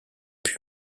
pût